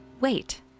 Wait